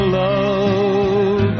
love